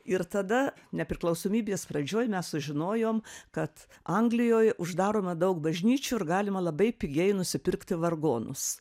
ir tada nepriklausomybės pradžioj mes sužinojom kad anglijoj uždaroma daug bažnyčių ir galima labai pigiai nusipirkti vargonus